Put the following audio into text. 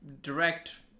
direct